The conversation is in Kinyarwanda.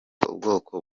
ubwoko